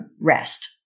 rest